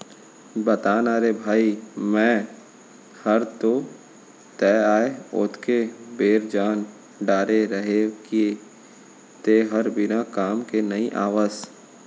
बता ना रे भई मैं हर तो तैं आय ओतके बेर जान डारे रहेव कि तैं हर बिना काम के नइ आवस